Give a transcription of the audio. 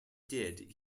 did